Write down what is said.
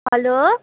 hello